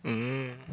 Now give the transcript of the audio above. mm